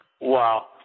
Wow